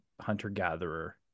hunter-gatherer